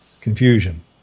confusion